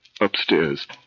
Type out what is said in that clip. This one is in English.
upstairs